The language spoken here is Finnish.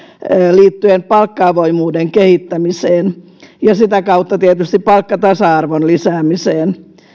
liittyen palkka avoimuuden kehittämiseen ja sitä kautta tietysti palkkatasa arvon lisäämiseen